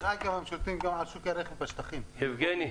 יבגני.